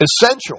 essential